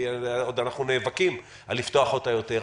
עוד אנחנו נאבקים על לפתוח אותה יותר,